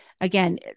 Again